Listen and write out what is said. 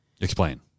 Explain